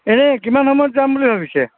এনেই কিমান সময়ত যাম বুলি ভাবিছে